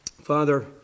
father